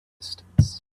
distance